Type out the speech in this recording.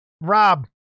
Rob